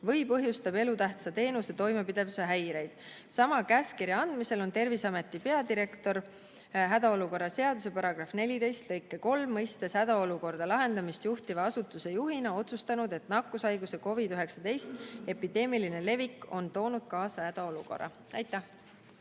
või põhjustab elutähtsa teenuse toimepidevuse häireid. Sama käskkirja andmisel on Terviseameti peadirektor hädaolukorra seaduse § 14 lõike 3 mõistes hädaolukorra lahendamist juhtiva asutuse juhina otsustanud, et nakkushaiguse COVID‑19 epideemiline levik on toonud kaasa hädaolukorra. Aitäh!